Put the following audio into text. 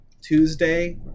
Tuesday